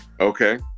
Okay